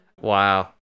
Wow